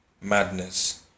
madness